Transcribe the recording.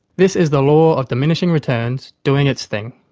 this is the law of diminishing returns doing its thing.